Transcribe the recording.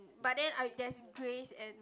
but then I there's grace and